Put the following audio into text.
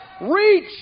Reach